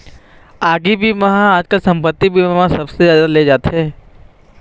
आगी बीमा ह आजकाल संपत्ति बीमा म सबले जादा ले जाथे